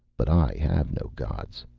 but i have no gods.